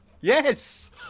Yes